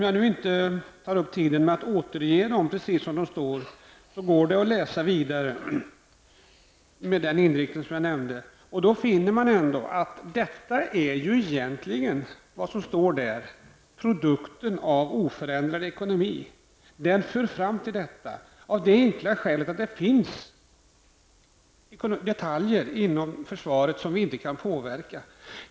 Jag skall inte ta tiden i anspråk för att återge vad som står i propositionen, men det går att läsa vidare med den inriktning jag nämnde. Man finner då att detta är egentligen produkten av oförändrad ekonomi, av det enkla skälet att det finns detaljer inom försvaret som vi inte kan påverka.